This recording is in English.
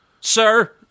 sir